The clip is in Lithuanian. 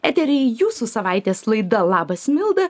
etery jūsų savaitės laida labas milda